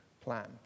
plan